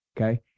okay